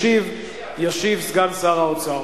ישיב סגן שר האוצר.